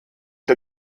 der